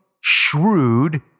shrewd